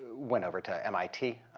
went over to mit,